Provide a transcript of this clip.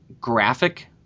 graphic